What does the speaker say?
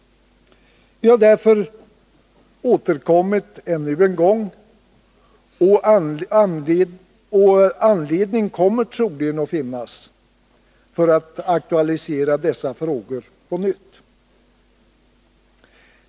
Vi har därför återkommit ännu en gång, och anledning kommer troligen att finnas att aktualisera dessa frågor på nytt.